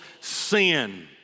sin